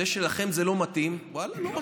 זה שלכם זה לא מתאים, ואללה, לא מתאים.